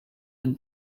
with